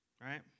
right